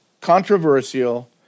controversial